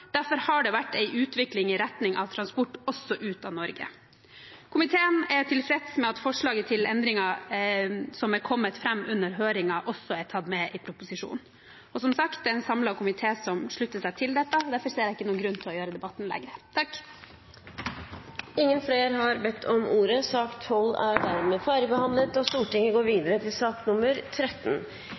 derfor har det vært en utvikling i retning av transport også ut av Norge. Komiteen er tilfreds med at forslag til endringer som er kommet fram under høringer, også er tatt med i proposisjonen. Det er, som sagt, en samlet komité som slutter seg til dette, og derfor ser jeg ingen grunn til å gjøre debatten lengre. Flere har ikke bedt om ordet til sak